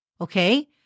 okay